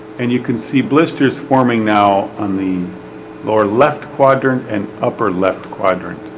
and you can see blisters forming now on the lower left quadrant and upper left quadrant.